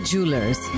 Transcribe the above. Jewelers